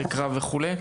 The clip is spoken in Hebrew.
אתרי הקרב וכולי,